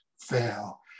fail